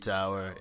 Tower